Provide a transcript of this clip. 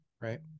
Right